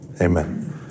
amen